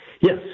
Yes